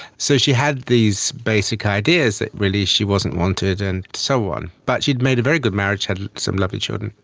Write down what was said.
so she had these basic ideas that really she wasn't wanted and so on, but she had made a very good marriage and had some lovely children.